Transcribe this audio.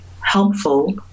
helpful